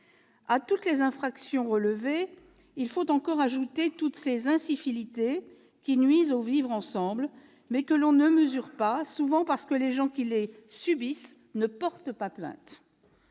À toutes les infractions relevées, il faut encore ajouter toutes ces incivilités qui nuisent au vivre-ensemble, mais que l'on ne mesure pas, souvent parce que les gens qui les subissent ne portent pas plainte.